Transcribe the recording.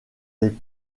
les